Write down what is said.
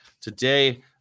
Today